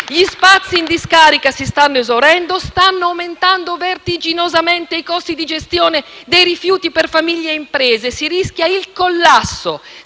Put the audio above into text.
Gli spazi in discarica si stanno esaurendo; stanno aumentando vertiginosamente i costi di gestione dei rifiuti per famiglie e imprese; si rischia il collasso